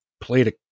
played